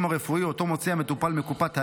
הרפואי שאותו מוציא המטופל מקופת האם,